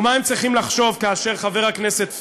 ומה הם צריכים לחשוב כאשר חבר הכנסת פריג'